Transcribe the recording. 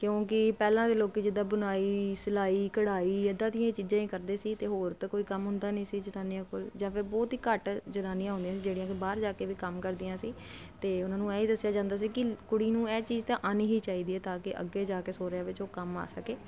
ਕਿਉਂਕਿ ਪਹਿਲਾਂ ਦੇ ਲੋਕੀ ਜਦੋਂ ਬੁਨਾਈ ਸਿਲਾਈ ਕੜਾਈ ਇੱਦਾਂ ਦੀਆਂ ਚੀਜ਼ਾਂ ਹੀ ਕਰਦੇ ਸੀ ਤੇ ਹੋਰ ਤਾਂ ਕੋਈ ਕੰਮ ਹੁੰਦਾ ਨਹੀਂ ਸੀ ਜਨਾਨੀਆਂ ਕੋਲ ਜਾਂ ਫਿਰ ਬਹੁਤ ਹੀ ਘੱਟ ਜਨਾਨੀਆਂ ਆਉਂਦੀਆਂ ਜਿਹੜੀਆਂ ਕਿ ਬਾਹਰ ਜਾ ਕੇ ਵੀ ਕੰਮ ਕਰਦੀਆਂ ਸੀ ਤੇ ਉਹਨਾਂ ਨੂੰ ਐਂ ਈ ਦੱਸਿਆ ਜਾਂਦਾ ਸੀ ਕਿ ਕੁੜੀ ਨੂੰ ਇਹ ਚੀਜ਼ ਤਾਂ ਆਣੀ ਹੀ ਚਾਹੀਦੀ ਆ ਕਿ ਅੱਗੇ ਜਾ ਕੇ ਸੋਰਿਆ ਵਿੱਚ ਉਹ ਕੰਮ ਆ ਸਕੇ